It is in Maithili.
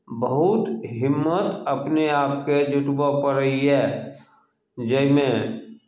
बहुत हिम्मत अपने आपकेँ जुटबय पड़ैए जाहिमे